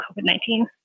COVID-19